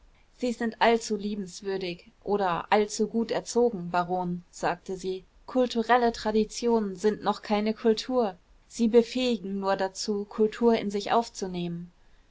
sie sind allzu liebenswürdig oder allzu gut erzogen baron sagte sie kulturelle traditionen sind noch keine kultur sie befähigen nur dazu kultur in sich aufzunehmen